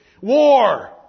War